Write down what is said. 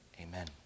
Amen